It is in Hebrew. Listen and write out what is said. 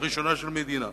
האחריות הראשונה של המדינה.